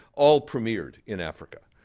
all premiered in africa.